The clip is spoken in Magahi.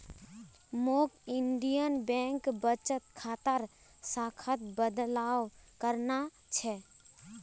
मौक इंडियन बैंक बचत खातार शाखात बदलाव करवाना छ